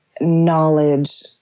knowledge